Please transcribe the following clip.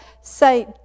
say